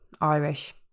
Irish